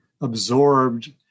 absorbed